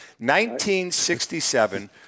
1967